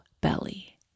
belly